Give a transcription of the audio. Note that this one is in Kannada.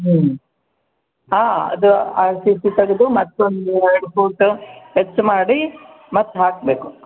ಹ್ಞೂ ಹಾಂ ಅದು ಆರ್ ಸಿ ಸಿ ತೆಗ್ದು ಮತ್ತೊಂದು ಎರಡು ಫೂಟು ಹೆಚ್ಚು ಮಾಡಿ ಮತ್ತೆ ಹಾಕಬೇಕು